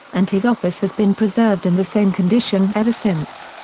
and his office has been preserved in the same condition ever since.